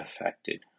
affected